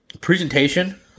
presentation